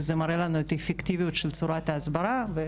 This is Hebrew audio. זה מראה לנו את האפקטיביות של צורת ההסברה.